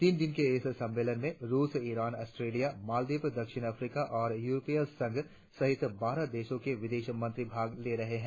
तीन दिन के इस सम्मेलन में रुस ईरान ऑस्ट्रेलिया मालदिव दक्षिण अफ्रीका और यूरोपीय संघ सहित बारह देशों के विदेश मंत्री भाग ले रहें हैं